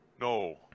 no